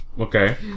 Okay